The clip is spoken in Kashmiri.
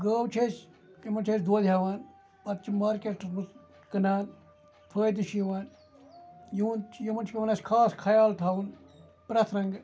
گٲو چھِ أسۍ یِمَن چھِ أسۍ دۄد ہیٚوان پَتہٕ چھِ مارکٹَس مَنٛز کٕنان فٲدٕ چھُ یِوان یُہُنٛد یِمَن چھُ پیٚوان اَسہِ خاص خَیال تھاوُن پرٮ۪تھ رَنٛگہٕ